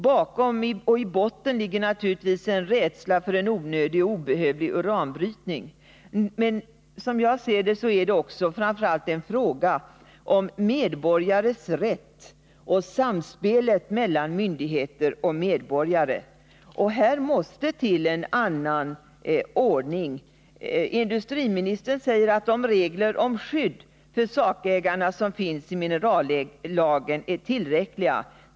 Bakom och i botten ligger naturligtvis en rädsla för en onödig och obehövlig uranbrytning. Som jag ser det är det också framför allt en fråga om medborgares rätt och om samspelet mellan myndigheter och medborgare. Här måste till en annan ordning. Industriministern säger att de regler om skydd för sakägarna som finns i minerallagen är tillräckliga.